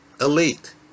Elite